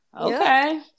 okay